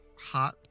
hot